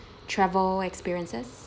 travel experiences